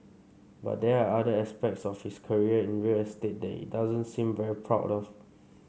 but there are other aspects of his career in real estate that it doesn't seem very proud of